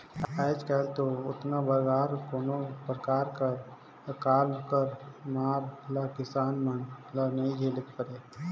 आएज काएल दो ओतना बगरा कोनो परकार कर अकाल कर मार ल किसान मन ल नी झेलेक परे